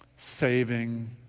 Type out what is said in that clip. saving